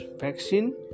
vaccine